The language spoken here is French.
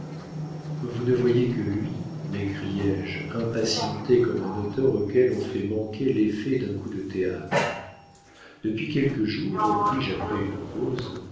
vous ne voyez que lui m'écriai-je impatienté comme un auteur auquel on fait manquer l'effet d'un coup de théâtre depuis quelques jours repris-je après une pause